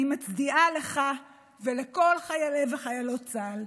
אני מצדיעה לך ולכל חיילי וחיילות צה"ל.